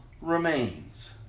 remains